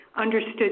understood